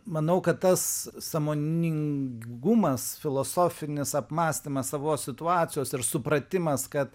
manau kad tas sąmoningumas filosofinis apmąstymas savos situacijos ir supratimas kad